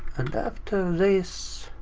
and after this,